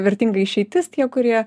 vertinga išeitis tie kurie